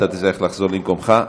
אתה תצטרך לחזור למקומך,